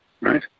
Right